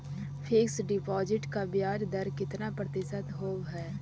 Fix deposit का ब्याज दर कितना प्रतिशत होब है?